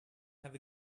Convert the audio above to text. have